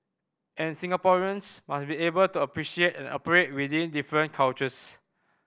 and Singaporeans must be able to appreciate and operate within different cultures